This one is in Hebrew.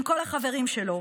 עם כל החברים שלו.